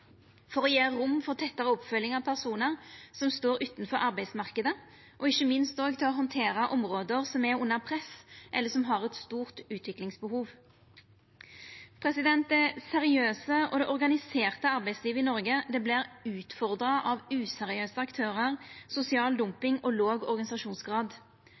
for å gje rom for tettare oppfølging av personar som står utanfor arbeidsmarknaden, og ikkje minst òg til å handtera område som er under press, eller som har eit stort utviklingsbehov. Det seriøse og organiserte arbeidslivet i Noreg vert utfordra av useriøse aktørar, sosial dumping og låg organisasjonsgrad.